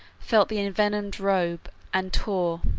felt the envenomed robe, and tore,